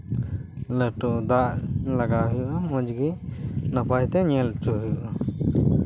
ᱞᱟᱹᱴᱩ ᱫᱟᱜ ᱞᱟᱜᱟᱣ ᱦᱩᱭᱩᱜᱼᱟ ᱢᱚᱡᱽ ᱜᱮ ᱱᱟᱯᱟᱭ ᱛᱮ ᱧᱮᱞ ᱦᱚᱪᱚᱭ ᱦᱩᱭᱩᱜᱼᱟ